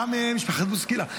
גם משפחת בוסקילה.